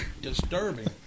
Disturbing